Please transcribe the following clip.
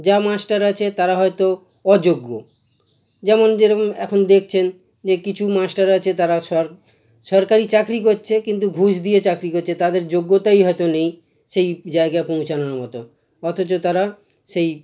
যা মাস্টার আছে তারা হয়তো অযোগ্য যেমন যেরকম এখন দেখছেন যে কিছু মাস্টার আছে তারা সর সরকারি চাকরি করছে কিন্তু ঘুষ দিয়ে চাকরি করছে তাদের যোগ্যতাই হয়তো নেই সেই জায়গায় পৌঁছানোর মতো অথচ তারা সেই